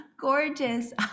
Gorgeous